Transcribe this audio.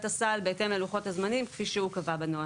הסל בהתאם ללוחות הזמנים כפי שהוא קבע בנוהל.